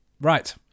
right